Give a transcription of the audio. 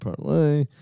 parlay